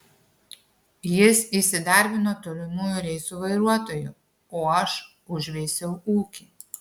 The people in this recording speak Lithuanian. jis įsidarbino tolimųjų reisų vairuotoju o aš užveisiau ūkį